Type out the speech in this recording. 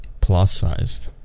Plus-sized